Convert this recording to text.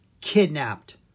Kidnapped